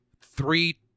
three